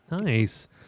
Nice